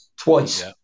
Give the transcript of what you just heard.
Twice